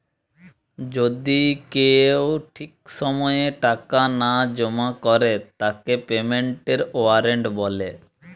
যদি কেউ ঠিক সময় টাকা না জমা করে তাকে পেমেন্টের ওয়ারেন্ট বলে